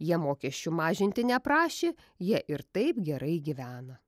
jie mokesčių mažinti neprašė jie ir taip gerai gyvena